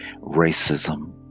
racism